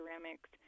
ceramics